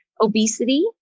Obesity